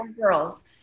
girls